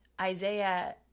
Isaiah